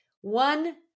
one